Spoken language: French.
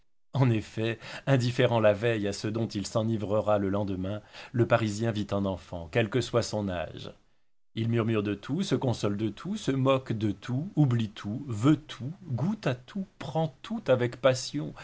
en effet indifférent la veille à ce dont il s'enivrera le lendemain le parisien vit en enfant quel que soit son âge il murmure de tout se console de tout se moque de tout oublie tout veut tout goûte à tout prend tout avec passion